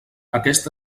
aquest